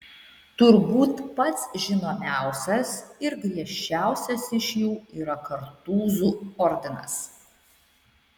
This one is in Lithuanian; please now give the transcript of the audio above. turbūt pats žinomiausias ir griežčiausias iš jų yra kartūzų ordinas